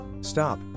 Stop